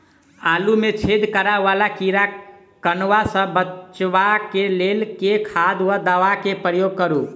आलु मे छेद करा वला कीड़ा कन्वा सँ बचाब केँ लेल केँ खाद वा दवा केँ प्रयोग करू?